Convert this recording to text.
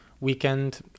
weekend